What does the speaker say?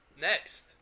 Next